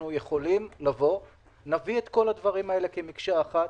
אנחנו נביא את כל הדברים כמקשה אחת.